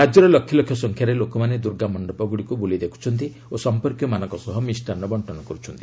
ରାଜ୍ୟର ଲକ୍ଷଲକ୍ଷ ସଂଖ୍ୟାରେ ଲୋକମାନେ ଦୁର୍ଗାମଣ୍ଡପଗୁଡ଼ିକୁ ବୁଲି ଦେଖୁଛନ୍ତି ଓ ସଂପର୍କୀୟମାନଙ୍କ ସହ ମିଷ୍ଟାନ୍ନ ବଣ୍ଟନ କରୁଛନ୍ତି